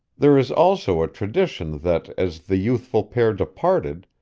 there is also a tradition that, as the youthful pair departed,